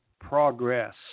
progress